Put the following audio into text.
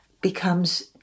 becomes